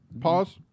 pause